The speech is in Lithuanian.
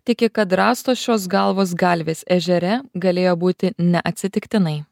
tiki kad rastos šios galvos galvės ežere galėjo būti neatsitiktinai